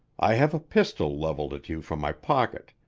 i have a pistol leveled at you from my pocket,